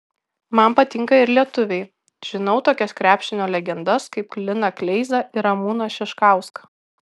man patinka ir lietuviai žinau tokias krepšinio legendas kaip liną kleizą ir ramūną šiškauską